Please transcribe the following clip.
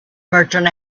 merchant